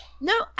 No